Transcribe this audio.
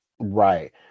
right